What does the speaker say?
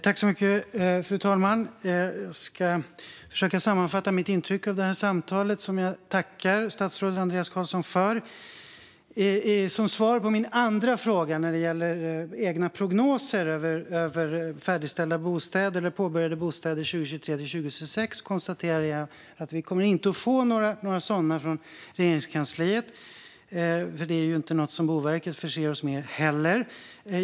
Fru talman! Jag ska försöka sammanfatta mina intryck av det här samtalet, som jag tackar statsrådet Andreas Carlson för. Vad gäller min andra fråga om egna prognoser för färdigställda eller påbörjade bostäder 2023-2026 konstaterar jag att vi inte kommer att få några svar från Regeringskansliet, och det är heller ingenting som Boverket förser oss med.